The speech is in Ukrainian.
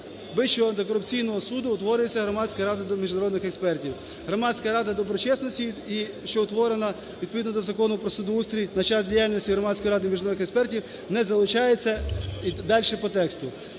Вищого антикорупційного суду, утворюється Громадська рада міжнародних експертів. Громадська рада доброчесності, що утворена відповідно до Закону про судоустрій, на час діяльності Громадської ради міжнародних експертів не залучається…" - і дальше по тексту.